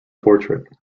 portrait